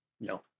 no